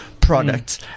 products